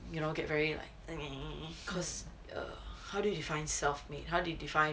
you don't get very like !ee! cause err how do you define self made how do you define